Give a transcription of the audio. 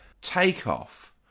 takeoff